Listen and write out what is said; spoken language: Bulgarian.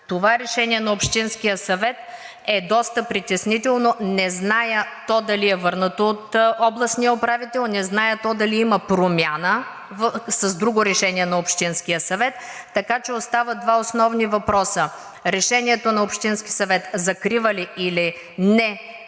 Това Решение на Общинския съвет е доста притеснително. Не зная то дали е върнато от областния управител, не зная то дали има промяна с други решения на Общинския съвет, така че остават два основни въпроса: решението на Общинския съвет закрива или не групата